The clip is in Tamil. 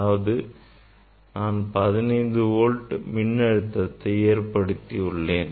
அதாவது நான் 15 வோல்ட் மின் அழுத்தத்தை ஏற்படுத்தி உள்ளேன்